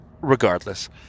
Regardless